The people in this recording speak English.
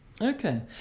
Okay